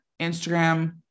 Instagram